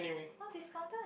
not discounted